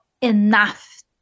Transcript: enough